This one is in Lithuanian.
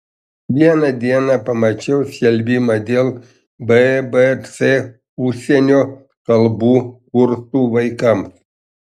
vieną dieną pamačiau skelbimą dėl bbc užsienio kalbų kursų vaikams